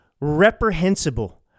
reprehensible